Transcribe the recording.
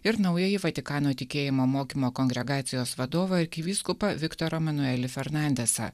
ir naująjį vatikano tikėjimo mokymo kongregacijos vadovą arkivyskupą viktorą manuelį fernandesą